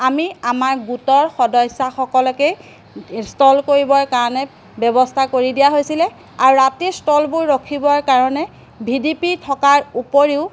আমি আমাৰ গোটৰ সদস্যাসকলকেই ষ্টল কৰিবৰ কাৰণে ব্যৱস্থা কৰি দিয়া হৈছিলে আৰু ৰাতিৰ ষ্টলবোৰ ৰখিবৰ কাৰণে ভি ডি পি থকাৰ উপৰিও